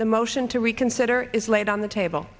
the motion to reconsider is laid on the table